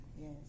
yes